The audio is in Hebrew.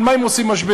על מה הם עושים משבר.